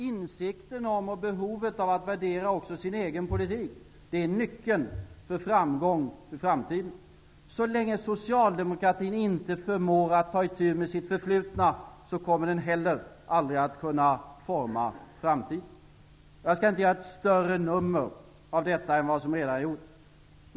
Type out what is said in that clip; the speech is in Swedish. Insikten om och behovet av att också värdera sin egen politik är nyckeln för framgång för framtiden. Så länge socialdemokratin inte förmår att ta itu med sitt förflutna, kommer den heller aldrig att kunna forma framtiden. Jag skall inte göra ett större nummer av detta än vad som redan är gjort.